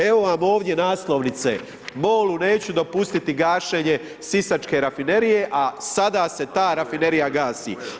Evo vam ovdje naslovnice, MOL-u neću dopustiti gašenje sisačke rafinerije, a sada se ta rafinerija gasi.